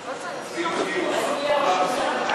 והמשרד לנושאים אסטרטגיים למשרד אחד אשר ייקרא